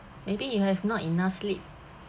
maybe you have not enough sleep